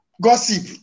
gossip